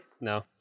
No